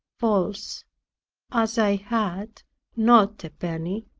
false as i had not a penny.